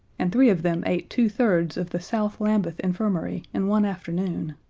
and three of them ate two thirds of the south lambeth infirmary in one afternoon.